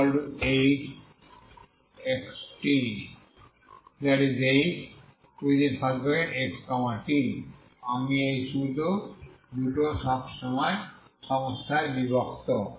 তাই এর মানে হল uut 2uxxu1t 2u1xxu2t 2u2xx0hxthxt আমি শুধু দুটো সমস্যায় বিভক্ত